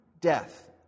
death